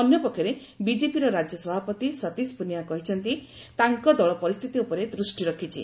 ଅନ୍ୟ ପକ୍ଷରେ ବିଜେପିର ରାଜ୍ୟ ସଭାପତି ସତୀଶ ପୁନିଆ କହିଛନ୍ତି ତାଙ୍କ ଦଳ ପରିସ୍ଥିତି ଉପରେ ଦୃଷ୍ଟି ରଖିଛି